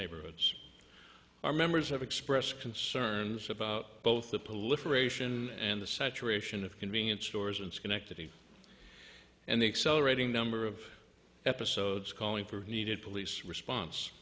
neighborhoods our members have expressed concerns about both the political ration and the saturation of convenience stores in schenectady and the accelerating number of episodes calling for needed police response